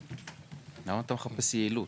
למה אתה מחפש יעילות?